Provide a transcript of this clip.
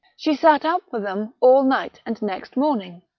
she sat up for them all night and next morning.